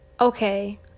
okay